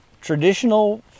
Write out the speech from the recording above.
traditional